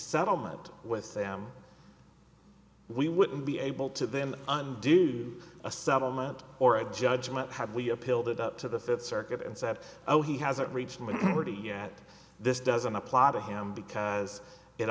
settlement with them we wouldn't be able to then undo a settlement or a judgment had we appealed it up to the fifth circuit and said oh he hasn't reached maturity yet this doesn't apply to him because it